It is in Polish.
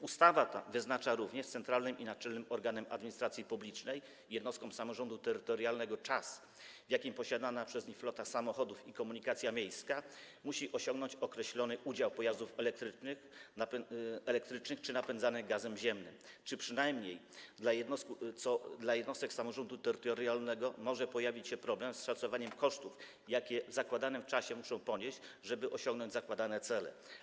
Ustawa ta wyznacza również centralnym i naczelnym organom administracji publicznej i jednostkom samorządu terytorialnego czas, w jakim posiadana przez nie flota samochodów i komunikacja miejska musi osiągnąć określony udział pojazdów elektrycznych lub napędzanych gazem ziemnym, zatem przynajmniej w przypadku jednostek samorządu terytorialnego może pojawić się problem z szacowaniem kosztów, jakie w zakładanym czasie muszą ponieść, żeby osiągnąć zakładane cele.